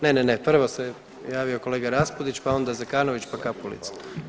Ne, ne, prvo se javio kolega Raspudić pa onda Zekanović, pa Kapulica.